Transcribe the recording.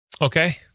Okay